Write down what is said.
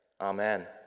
Amen